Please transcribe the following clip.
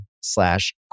slash